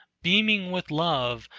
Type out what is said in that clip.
beaming with love,